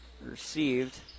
received